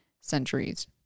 centuries